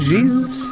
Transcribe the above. Jesus